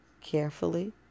carefully